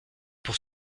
pour